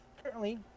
Currently